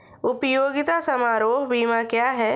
उपयोगिता समारोह बीमा क्या है?